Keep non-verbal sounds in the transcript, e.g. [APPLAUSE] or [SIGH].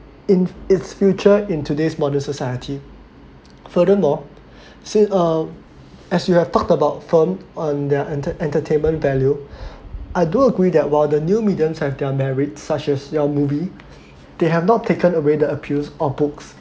in its future in today's modern society [NOISE] furthermore [BREATH] said uh as you have talked about firm on their enter~ entertainment value [BREATH] I do agree that while the new mediums have their merit such as your movie they have not taken away the appeals of books